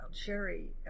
Sherry